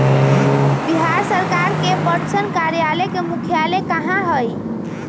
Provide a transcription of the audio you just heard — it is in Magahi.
बिहार सरकार के पटसन कार्यालय के मुख्यालय कहाँ हई?